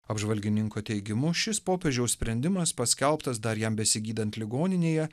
apžvalgininko teigimu šis popiežiaus sprendimas paskelbtas dar jam besigydant ligoninėje